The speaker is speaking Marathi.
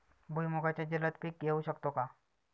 भुईमुगाचे जलद पीक घेऊ शकतो का?